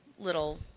little